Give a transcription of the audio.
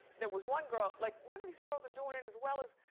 there was one girl. like, none of these girls are doing it as well as.